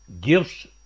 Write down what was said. gifts